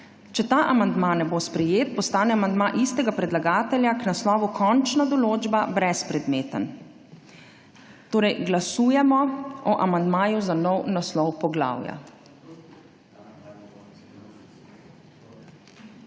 Če ta amandma ne bo sprejet, postane amandma istega predlagatelja k naslovu Končna določba brezpredmeten. Glasujemo o amandmaju za nov naslov poglavja.